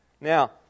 Now